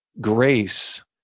grace